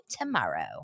tomorrow